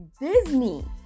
Disney